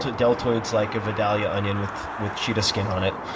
so deltoids like a vidalia onion with with cheetah skin on it.